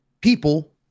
people